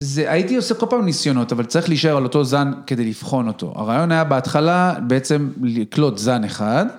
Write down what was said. זה הייתי עושה כל פעם ניסיונות, אבל צריך להישאר על אותו זן כדי לבחון אותו. הרעיון היה בהתחלה בעצם לקלוט זן אחד.